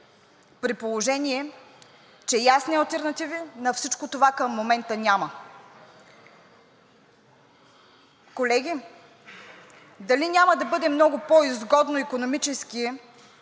при положение че ясни алтернативи на всичко това към момента няма. Колеги, дали няма да бъде много по-изгодно икономически,